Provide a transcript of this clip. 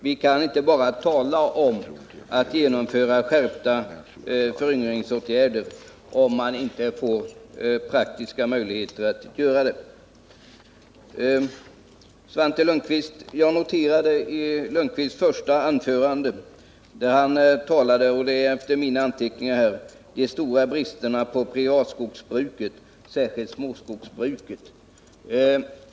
Vi kan inte bara tala om kraftfullare föryngringsåtgärder, utan vi måste även ha de praktiska möjligheterna att genomföra dem. Enligt mina anteckningar talade Svante Lundkvist om de stora bristerna på privatskogsbrukets område, särskilt småskogsbrukets.